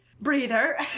breather